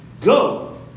go